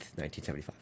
1975